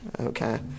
Okay